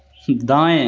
दाएँ